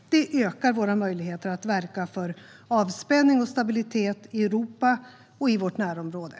Detta ökar våra möjligheter att verka för avspänning och stabilitet i Europa och i vårt närområde.